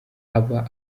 aba